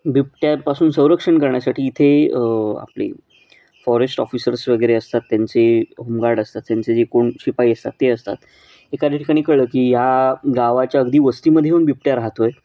बिबट्यापासून संरक्षण करण्यासाठी इथे आपले फॉरेस्ट ऑफिसर्स वगैरे असतात त्यांचे होमगार्ड असतात त्यांचे जे कोण शिपाई असतात ते असतात एकाद्या ठिकाणी कळलं की या गावाच्या अगदी वस्तीमध्ये येऊन बिबट्या राहतो आहे